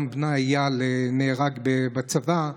בנה איל נהרג בצבא,